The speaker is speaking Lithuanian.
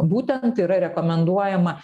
būtent yra rekomenduojama